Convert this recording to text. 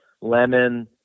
lemon